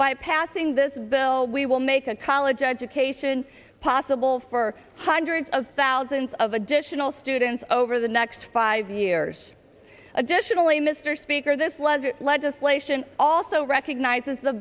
by passing this bill we will make a college education possible for hundreds of thousands of additional students over the next five years additionally mr speaker this leisure legislation also recognizes the